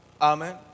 Amen